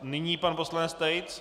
Nyní pan poslanec Tejc.